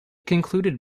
concluded